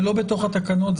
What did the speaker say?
זה לא בתוך התקנות,